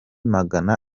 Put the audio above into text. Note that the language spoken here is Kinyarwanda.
magana